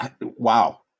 Wow